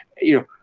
you